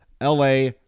la